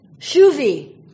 Shuvi